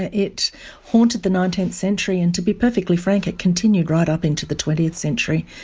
it it haunted the nineteenth century, and to be perfectly frank it continued right up into the twentieth century.